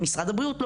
משרד הבריאות,